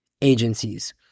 agencies